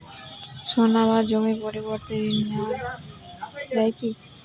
সোনা বা জমির পরিবর্তে ঋণ নেওয়া যায় কী?